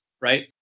right